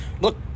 look